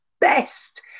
best